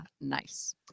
Nice